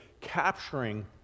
capturing